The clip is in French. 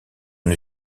une